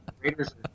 Raiders